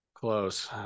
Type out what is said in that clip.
close